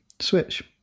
switch